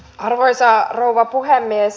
arvoisa rouva puhemies